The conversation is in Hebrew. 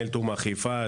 מנהל תומ"א חיפה,